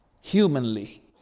humanly